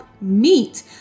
meet